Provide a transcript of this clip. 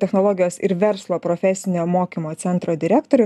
technologijos ir verslo profesinio mokymo centro direktorių